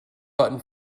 button